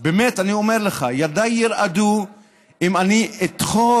באמת אני אומר לך, ידיי ירעדו אם אני אתחב,